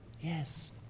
Yes